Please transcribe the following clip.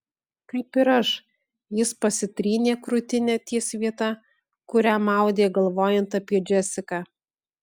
kaip ir aš jis pasitrynė krūtinę ties vieta kurią maudė galvojant apie džesiką